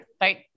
Right